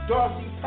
Darcy